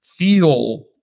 feel